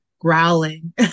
growling